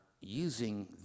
using